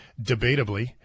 debatably